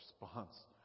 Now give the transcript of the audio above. response